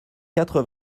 quatre